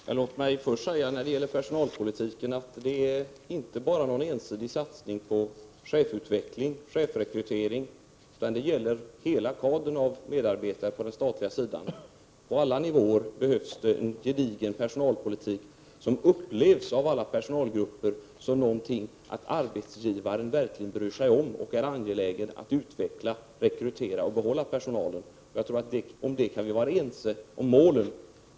Fru talman! Beträffande personalpolitiken vill jag först säga: Det handlar inte bara om en ensidig satsning på chefsutveckling och chefsrekrytering, utan det gäller hela kadern av medarbetare på den statliga sidan. På alla nivåer behövs det en gedigen personalpolitik som av alla personalgrupper upplevs så att arbetsgivaren verkligen bryr sig och är angelägen om att utveckla, rekrytera och behålla personal. Jag tror att vi kan vara ense om målen.